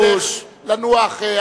לנוח,